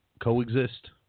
coexist